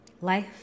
Life